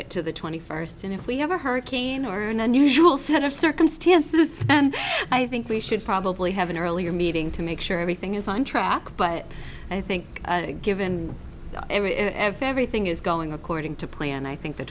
it to the twenty first and if we have a hurricane or an unusual set of circumstances and i think we should probably have an earlier meeting to make sure everything is on track but i think given every and if everything is going according to plan i think the